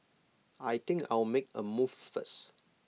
I think I'll make A move first